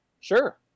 Sure